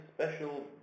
special